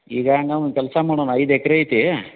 ಈಗ ನಾವೊಂದು ಕೆಲಸ ಮಾಡೋಣ್ ಐದು ಎಕರೆ ಐತಿ